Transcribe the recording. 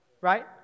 right